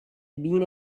been